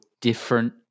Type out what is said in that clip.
different